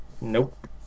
Nope